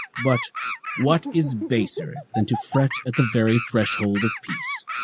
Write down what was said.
but what is baser than to fret at the very threshold of peace?